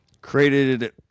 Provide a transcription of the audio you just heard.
created